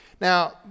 Now